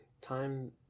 time